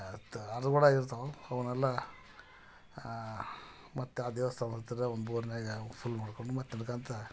ಅದು ಅದ್ರ ಒಳಗೆ ಇರ್ತಾವೆ ಅವನ್ನೆಲ್ಲ ಮತ್ತೆ ಆ ದೇವಸ್ಥಾನ ಹತ್ತಿರ ಒಂದು ಉರ್ನ್ಯಾಗೆ ಫುಲ್ ನೋಡ್ಕೊಂಡು ಮತ್ತೆ ನಡ್ಕೊಂತ